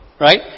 Right